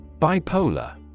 Bipolar